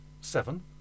seven